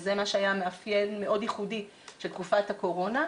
וזה מה שהיה מאפיין מאוד ייחודי של תקופת הקורונה,